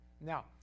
Now